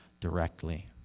directly